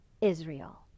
Israel